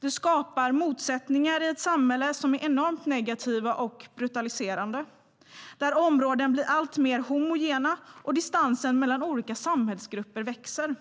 Det skapar motsättningar i ett samhälle som är enormt negativa och brutaliserande. Områden blir alltmer homogena, och distansen mellan olika samhällsgrupper växer.